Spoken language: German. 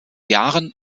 jahren